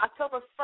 October